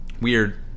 weird